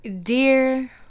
dear